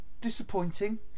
Disappointing